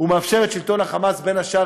הוא מאפשר את שלטון ה"חמאס" בין השאר